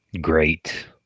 great